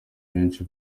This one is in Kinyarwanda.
benshi